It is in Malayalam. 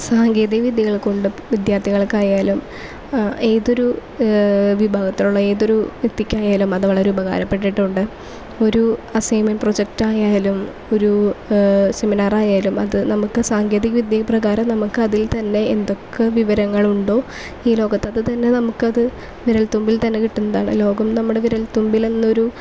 സാങ്കേതിക വിദ്യകൾ കൊണ്ട് വിദ്യാർഥികൾക്കായാലും ഏതൊരു വിഭാഗത്തിലുള്ള ഏതൊരു വ്യക്തിക്കായാലും അത് വളരെ ഉപകാരപ്പെട്ടിട്ടുണ്ട് ഒരു അസൈമെൻ്റ് പ്രൊജെക്റ്റായാലും ഒരു സെമിനാറായാലും അത് നമുക്ക് സാങ്കേതിക വിദ്യ പ്രകാരം നമുക്ക് അതിൽ തന്നെ എന്തൊക്ക വിവരങ്ങളുണ്ടോ ഈ ലോകത്ത് അത് തന്നെ നമുക്ക് അത് വിരൽത്തുമ്പിൽ തന്നെ കിട്ടുന്നതാണ് ലോകം നമ്മുടെ വിരൽ തുമ്പിലെന്നൊരു